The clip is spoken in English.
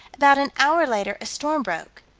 about an hour later a storm broke,